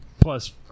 plus